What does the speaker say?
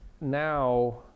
now